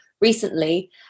recently